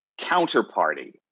counterparty